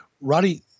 Roddy